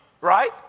right